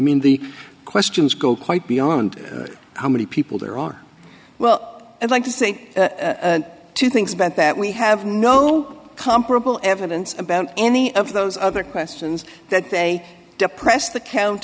mean the questions go quite beyond how many people there are well i'd like to say two things about that we have no comparable evidence about any of those other questions that they depress the count